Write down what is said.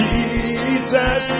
Jesus